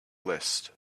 list